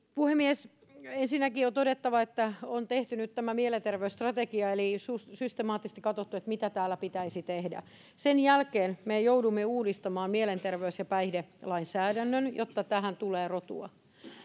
puhemies ensinnäkin on todettava että on tehty nyt tämä mielenterveysstrategia eli systemaattisesti katsottu mitä täällä pitäisi tehdä sen jälkeen me joudumme uudistamaan mielenterveys ja päihdelainsäädännön jotta tähän tulee rotia